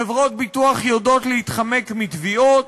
חברות ביטוח יודעות להתחמק מתביעות,